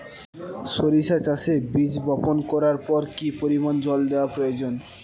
সরিষা চাষে বীজ বপন করবার পর কি পরিমাণ জল দেওয়া প্রয়োজন?